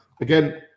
again